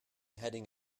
heading